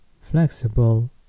flexible